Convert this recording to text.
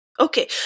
Okay